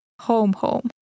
home-home